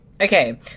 okay